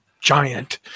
giant